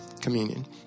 communion